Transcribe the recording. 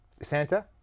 Santa